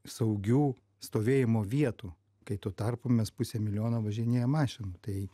saugių stovėjimo vietų kai tuo tarpu mes pusę milijono važinėjam mašinom tai